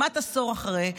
יותר מעשור אחרי,